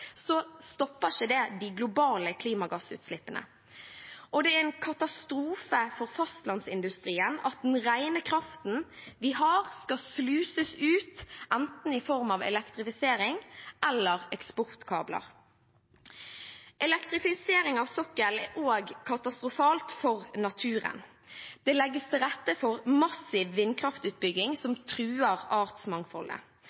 stopper ikke det de globale klimagassutslippene. Det er en katastrofe for fastlandsindustrien at den rene kraften vi har, skal sluses ut, i form av enten elektrifisering eller eksportkabler. Elektrifisering av sokkelen er også katastrofalt for naturen. Det legges, til rette for massiv vindkraftutbygging,